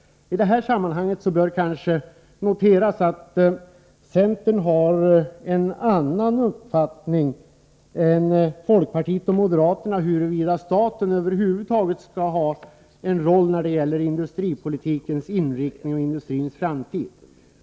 I detta sammanhang bör kanske noteras att centern har en annan uppfattning än folkpartiet och moderata samlingspartiet huruvida staten över huvud taget skall ha en roll när det gäller industripolitikens inriktning och industrins framtid.